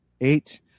eight